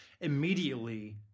Immediately